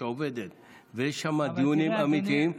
כשהיא עובדת ויש שם דיונים אמיתיים,